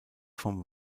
vom